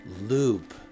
Loop